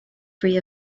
free